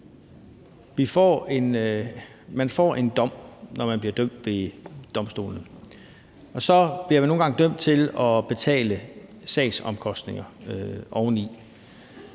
Man får en dom, når man bliver dømt ved domstolene, og så bliver man nogle gange dømt til at betale sagsomkostningerne oveni.